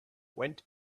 went